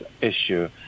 issue